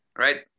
Right